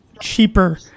cheaper